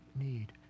need